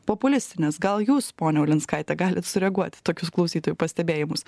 populistinės gal jūs ponia ulinskaite galit sureaguot į tokius klausytojų pastebėjimus